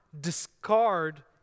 discard